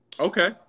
Okay